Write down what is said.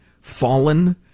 fallen